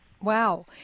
Wow